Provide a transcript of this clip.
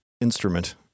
instrument